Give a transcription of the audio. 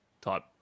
type